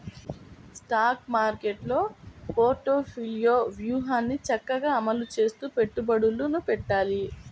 stock మార్కెట్టులో portfolio వ్యూహాన్ని చక్కగా అమలు చేస్తూ పెట్టుబడులను పెట్టాలి